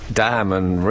diamond